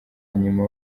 nyuma